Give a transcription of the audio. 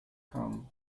bekam